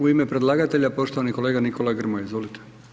U ime predlagatelja poštovani kolega Nikola Grmoja, izvolite.